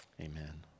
Amen